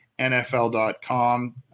NFL.com